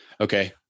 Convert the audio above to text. Okay